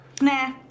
Nah